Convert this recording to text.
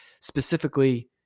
specifically